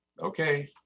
okay